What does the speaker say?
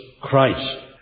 Christ